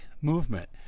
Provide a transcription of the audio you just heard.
movement